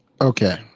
Okay